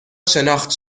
شناخت